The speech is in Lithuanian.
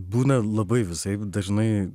būna labai visaip dažnai